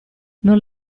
non